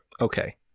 Okay